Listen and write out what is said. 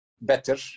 better